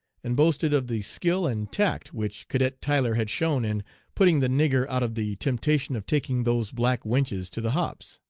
and boasted of the skill and tact which cadet tyler had shown in putting the nigger out of the temptation of taking those black wenches to the hops